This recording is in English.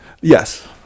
Yes